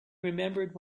remembered